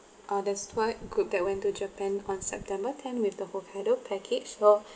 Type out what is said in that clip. uh there's tour group that went to japan on september ten with the hokkaido package so